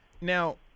Now